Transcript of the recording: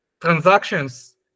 transactions